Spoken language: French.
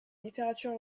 littérature